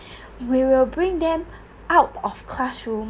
we will bring them out of classroom